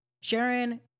Sharon